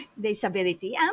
disability